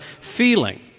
feeling